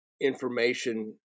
information